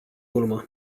urmă